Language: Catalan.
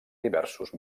diversos